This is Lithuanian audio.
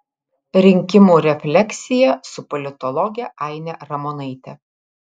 rinkimų refleksija su politologe aine ramonaite